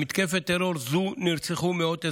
במתקפת טרור זו נרצחו מאות אזרחים,